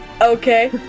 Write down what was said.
Okay